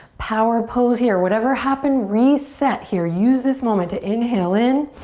power pose here. whatever happened, reset here. use this moment to inhale in.